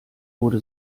wurde